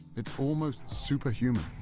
it's almost super human.